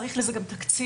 צריך לזה גם תקציב,